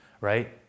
right